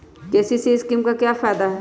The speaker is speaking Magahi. के.सी.सी स्कीम का फायदा क्या है?